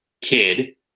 kid